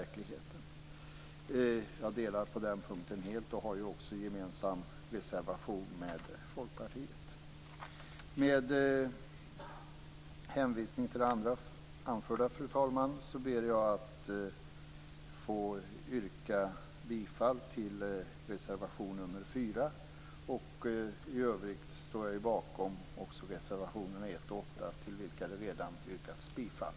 På den punkten delar jag helt Folkpartiets uppfattning, och vi har ju också en gemensam reservation om detta. Fru talman! Med hänvisning till det anförda ber jag att få yrka bifall till reservation nr 4. I övrigt står jag också bakom reservationerna 1 och 8, till vilka det redan yrkats bifall.